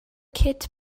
kit